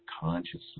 consciously